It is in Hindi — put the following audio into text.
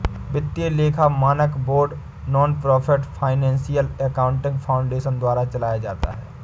वित्तीय लेखा मानक board nonprofit financial accounting foundation द्वारा चलाया जाता है